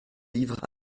livres